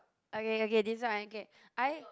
okay okay this one I can I